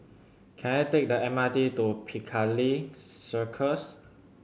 can I take the M R T to Piccadilly Circus